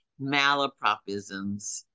malapropisms